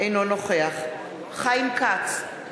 אינו נוכח חיים כץ,